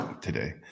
today